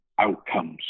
outcomes